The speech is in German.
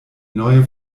neue